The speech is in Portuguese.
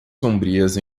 sombrias